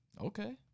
Okay